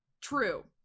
true